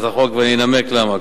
ואני אנמק למה.